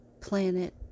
planet